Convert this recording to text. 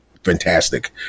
Fantastic